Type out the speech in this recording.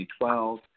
2012